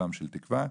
עולם של תקווה.